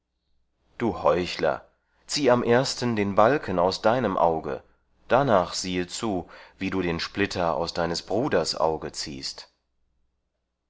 du heuchler zieh am ersten den balken aus deinem auge darnach siehe zu wie du den splitter aus deines bruders auge ziehst